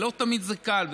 לא תמיד זה קל.